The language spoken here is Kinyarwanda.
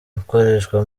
ikoreshwa